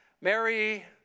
Mary